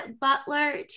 Butler